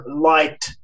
light